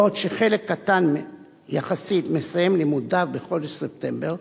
בעוד שחלק קטן יחסית מסיים לימודיו בחודש ספטמבר,